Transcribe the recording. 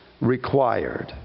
required